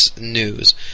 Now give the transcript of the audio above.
news